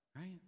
Right